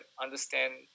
understand